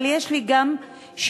אבל יש לי גם שאלה.